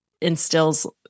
instills